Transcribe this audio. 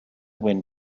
wind